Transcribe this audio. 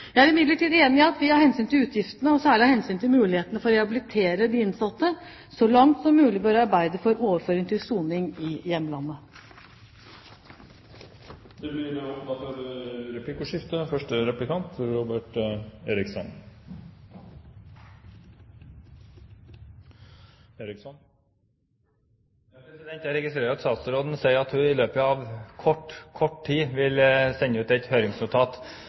Jeg er imidlertid enig i at vi av hensyn til utgiftene, og særlig av hensyn til mulighetene for å rehabilitere de innsatte, så langt som mulig bør arbeide for overføring til soning i hjemlandet. Det blir replikkordskifte. Jeg registrerer at statsråden sier at hun i løpet av kort tid vil sende ut et høringsnotat.